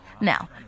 Now